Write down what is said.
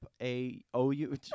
A-O-U-